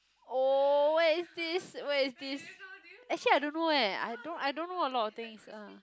oh where is this where is this actually I don't know eh I don't I don't know a lot of things ah